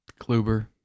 Kluber